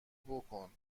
بکن